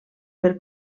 per